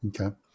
Okay